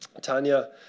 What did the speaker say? Tanya